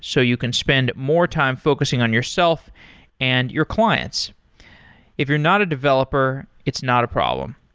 so you can spend more time focusing on yourself and your clients if you're not a developer, it's not a problem.